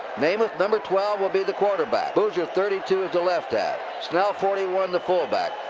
namath, number twelve, will be the quarterback. boozer, thirty two, is the left half. snell, forty one, the fullback.